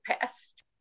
past